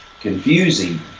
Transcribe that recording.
confusing